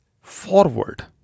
forward